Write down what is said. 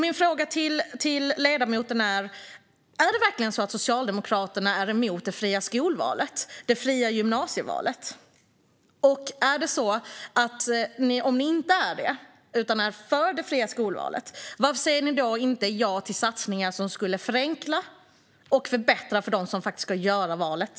Min fråga till ledamoten är: Är det verkligen så att Socialdemokraterna är emot det fria skolvalet och det fria gymnasievalet? Om ni inte är det utan är för det fria skolvalet, varför säger ni då inte ja till satsningar som skulle förenkla och förbättra för dem som ska göra valet?